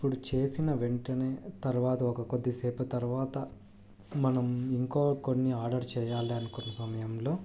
ఇప్పుడు చేసిన వెంటనే తర్వాత ఒక కొద్ది సేపటి తర్వాత మనం ఇంకా కొన్ని ఆర్డర్ చేయలనుకున్న సమయంలో